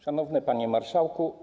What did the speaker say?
Szanowny Panie Marszałku!